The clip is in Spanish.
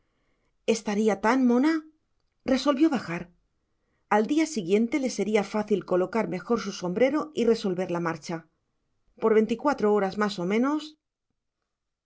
estaría tan mona resolvió bajar al día siguiente le sería fácil colocar mejor su sombrero y resolver la marcha por veinticuatro horas más o menos